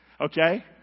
Okay